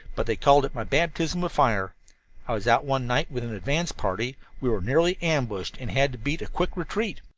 but they called it my baptism of fire i was out one night with an advance party. we were nearly ambushed, and had to beat a quick retreat.